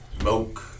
smoke